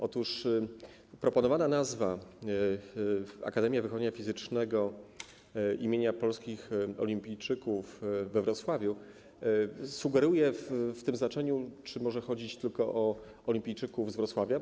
Otóż proponowana nazwa: Akademia Wychowania Fizycznego im. Polskich Olimpijczyków we Wrocławiu sugeruje w tym znaczeniu, że może chodzić tylko o olimpijczyków z Wrocławia.